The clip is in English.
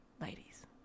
ladies